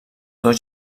dos